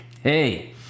Hey